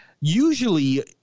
usually –